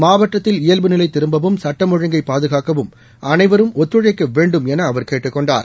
மாவட்டத்தில் இயல்பு நிலை திரும்பவும் சுட்டம் ஒழுங்கை பாதுகாக்கவும் அனைவரும் ஒத்துளைக்க வேண்டும் என அவர் கேட்டுக்கொண்டார்